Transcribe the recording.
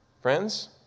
Friends